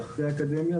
היא אחרי האקדמיה.